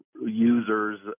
users